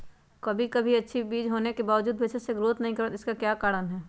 कभी बीज अच्छी होने के बावजूद भी अच्छे से नहीं ग्रोथ कर पाती इसका क्या कारण है?